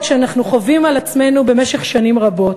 שאנחנו חווים על עצמנו במשך שנים רבות.